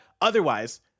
otherwise